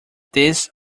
this